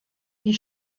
die